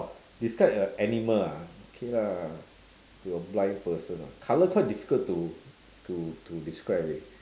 describe a animal ah okay lah to a blind person ah colour quite difficult to to to describe eh